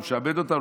הוא משעבד אותנו,